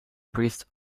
priest